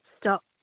stop